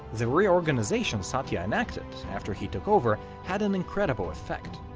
the reorganization satya enacted after he took over had an incredible effect.